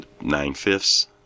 nine-fifths